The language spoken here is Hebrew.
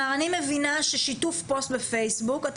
אני